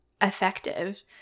effective